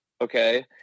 Okay